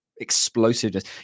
explosiveness